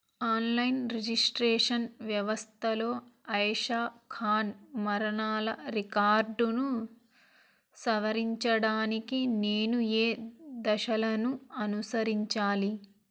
online registration వ్యవస్థలో అయిషా ఖాన్ మరణాల రికార్డును సవరించడానికి నేను ఏ దశలను అనుసరించాలి